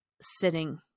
sitting